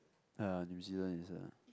uh New Zealand inside ah